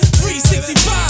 365